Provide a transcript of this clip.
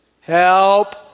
Help